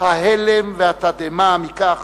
ההלם והתדהמה מכך